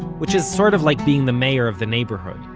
which is sort of like being the mayor of the neighborhood.